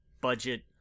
budget